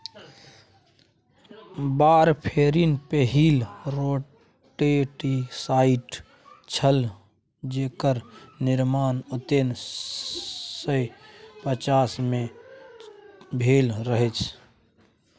warfarin पहिल rodenticide छल जेकर निर्माण उन्नैस सय पचास मे भेल रहय